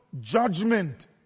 judgment